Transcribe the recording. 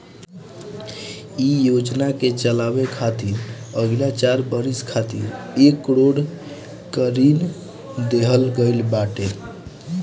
इ योजना के चलावे खातिर अगिला चार बरिस खातिर एक करोड़ कअ ऋण देहल गईल बाटे